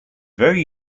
very